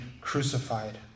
crucified